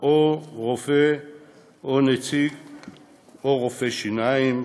או רופא או רופא שיניים,